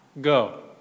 go